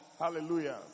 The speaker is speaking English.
Hallelujah